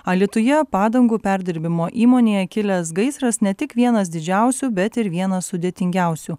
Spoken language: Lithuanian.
alytuje padangų perdirbimo įmonėje kilęs gaisras ne tik vienas didžiausių bet ir vienas sudėtingiausių